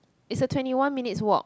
it's a twenty one minutes walk